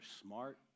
smart